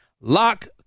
Lock